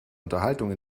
unterhaltung